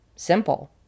simple